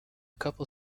couple